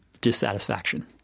dissatisfaction